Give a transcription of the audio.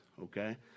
Okay